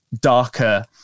darker